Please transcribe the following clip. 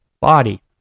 body